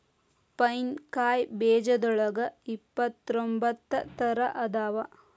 pine ಕಾಯಿ ಬೇಜದೋಳಗ ಇಪ್ಪತ್ರೊಂಬತ್ತ ತರಾ ಅದಾವ